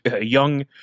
young